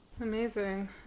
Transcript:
Amazing